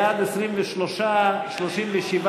קבוצת סיעת בל"ד וקבוצת סיעת חד"ש לסעיף 99